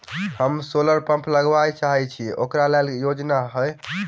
हम solar pump लगाबै चाहय छी ओकरा लेल योजना हय?